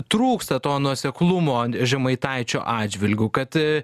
trūksta to nuoseklumo žemaitaičio atžvilgiu kad